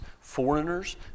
foreigners